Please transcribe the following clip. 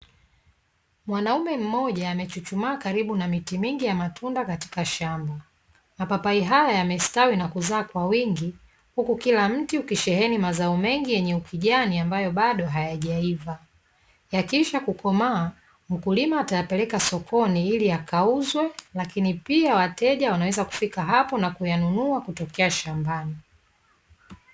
Mwanaume mmoja amechuchumaa karibu na miti mingi ya matunda katika shamba. Mapapai haya yamestawi na kuzaa kwa wingi huku kila mti ukisheheni mazao mengi yenye ukijani ambayo bado hayajaiva. Yakiisha kukomaa mkulima atayapeleka sokoni ili yakauzwe, lakini pia wateja wanaweza kufika hapo na kuyanunua kutokea shambani.